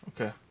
Okay